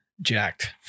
jacked